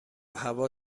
هوا